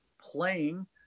playing